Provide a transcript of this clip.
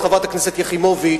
חברת הכנסת יחימוביץ,